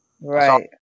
Right